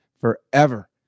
forever